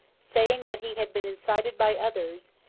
saying that he had been incited by others,